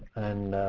and